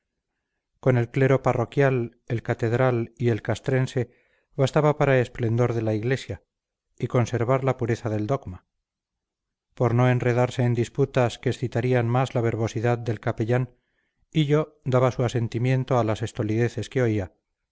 con el clero parroquial el catedral y el castrense bastaba para esplendor de la iglesia y conservar la pureza del dogma por no enredarse en disputas que excitarían más la verbosidad del capellán hillo daba su asentimiento a las estolideces que oía